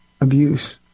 abuse